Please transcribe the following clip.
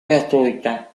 gratuita